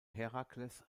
herakles